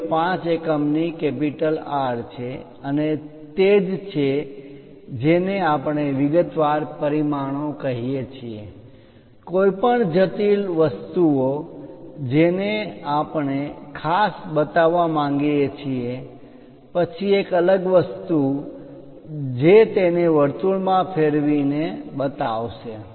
05 એકમની R છે અને તે જ છે જેને આપણે વિગતવાર પરિમાણો કહીએ છીએ કોઈપણ જટિલ વસ્તુઓ જેને આપણે ખાસ બતાવવા માંગીએ છીએ પછી એક અલગ વસ્તુ જે તેને વર્તુળમાં ફેરવીને બતાવશે